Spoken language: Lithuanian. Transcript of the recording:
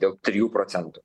dėl trijų procentų